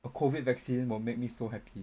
a COVID vaccine will make me so happy